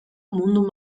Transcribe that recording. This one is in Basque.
mundu